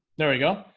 there we go.